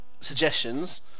suggestions